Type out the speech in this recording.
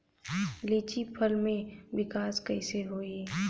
लीची फल में विकास कइसे होई?